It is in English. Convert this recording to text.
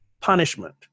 punishment